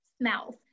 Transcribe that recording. smells